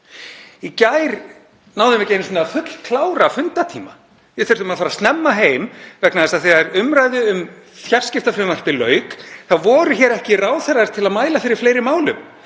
Í gær náðum við ekki einu sinni að fullklára fundartíma. Við þurftum að fara snemma heim vegna þess að þegar umræðu um fjarskiptafrumvarpið lauk voru ekki ráðherrar hér til að mæla fyrir fleiri málum.